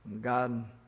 God